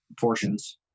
portions